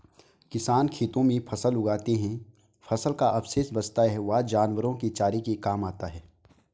किसान खेतों में फसल उगाते है, फसल का अवशेष बचता है वह जानवरों के चारे के काम आता है